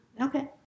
Okay